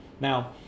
Now